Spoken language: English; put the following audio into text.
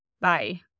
Bye